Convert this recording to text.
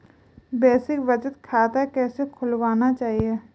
Basic बचत खाता किसे खुलवाना चाहिए?